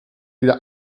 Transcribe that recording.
wieder